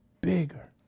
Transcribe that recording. Bigger